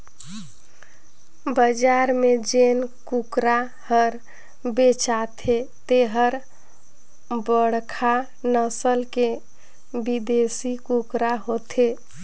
बजार में जेन कुकरा हर बेचाथे तेहर बड़खा नसल के बिदेसी कुकरा होथे